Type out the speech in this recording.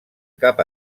cap